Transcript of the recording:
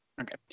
Okay